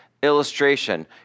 illustration